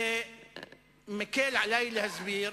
זה מקל עלי להסביר,